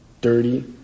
dirty